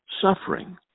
suffering